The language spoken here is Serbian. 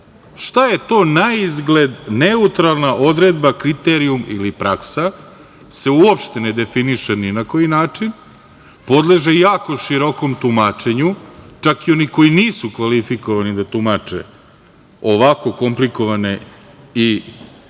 je to naizgled neutralna odredba, kriterijum ili praksa se uopšte ne definiše ni na koji način, podleže jako širokom tumačenju, čak i oni koji nisu kvalifikovani da tumače ovako komplikovane i teške